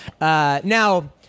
Now